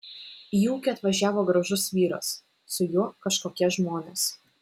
į ūkį atvažiavo gražus vyras su juo kažkokie žmonės